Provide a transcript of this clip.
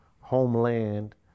homeland